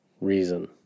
reason